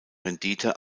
rendite